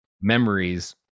memories